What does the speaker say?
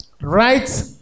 right